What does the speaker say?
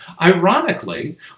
Ironically